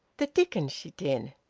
the dickens she did!